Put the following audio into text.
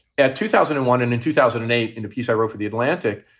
at two thousand and one and in two thousand and eight in the piece i wrote for the atlantic.